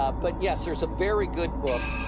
um but yes, there's a very good book,